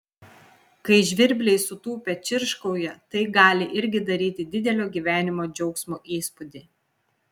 kai žvirbliai sutūpę čirškauja tai gali irgi daryti didelio gyvenimo džiaugsmo įspūdį